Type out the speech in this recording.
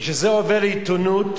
כשזה עובר עיתונות,